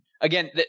again